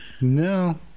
No